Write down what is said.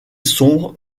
sombre